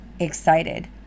excited